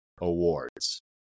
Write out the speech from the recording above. Awards